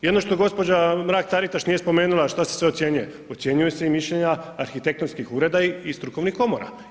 I ono što gđa. Mrak-Taritaš nije spomenula a šta se sve ocjenjuje, ocjenjuju se i mišljenja arhitektonskih ureda i strukovnih komora.